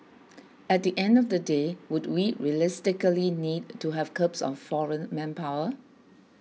at the end of the day would we realistically need to have curbs on foreign manpower